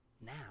Now